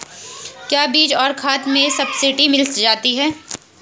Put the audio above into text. क्या बीज और खाद में सब्सिडी मिल जाती है?